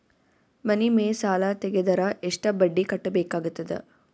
ಮನಿ ಮೇಲ್ ಸಾಲ ತೆಗೆದರ ಎಷ್ಟ ಬಡ್ಡಿ ಕಟ್ಟಬೇಕಾಗತದ?